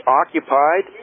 occupied